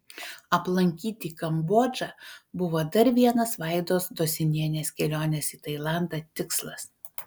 aplankyti kambodžą buvo dar vienas vaidos dosinienės kelionės į tailandą tikslas